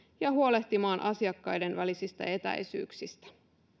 ja huolehtimaan asiakkaiden välisistä etäisyyksistä